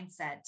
mindset